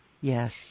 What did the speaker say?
Yes